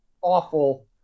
awful